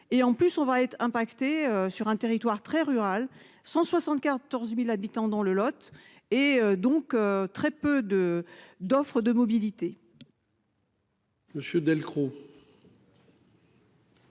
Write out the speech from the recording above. et en plus on va être impactée sur un territoire très rural, 174.000 habitants dans le Lot et donc très peu de d'offre de mobilité. Monsieur Delcros.